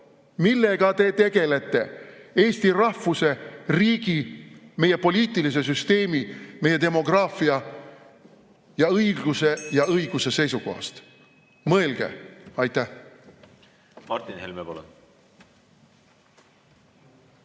Millega te tegelete Eesti rahvuse, riigi, meie poliitilise süsteemi, meie demograafia, õigluse ja õiguse seisukohast? Mõelge! Aitäh! ... seda eelnõu